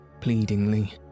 pleadingly